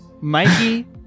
Mikey